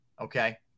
Okay